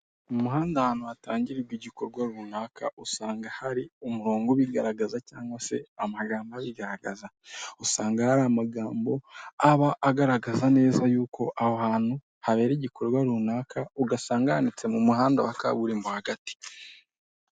Mu muhanda ahantu hatangirwa igikorwa runaka, usanga hari umurongo ubigaragaza, cyangwa se amagambo abigaragaza, usanga hari amagambo aba agaragaza neza yuko, aho hantu habera igikorwa runaka, ugasanga yanditse mu muhanda wa kaburimbo hagati.